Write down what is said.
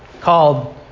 called